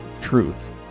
truth